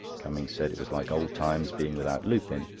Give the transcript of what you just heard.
cummings said it was like old times being without lupin,